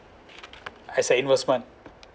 as an investment